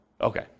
Okay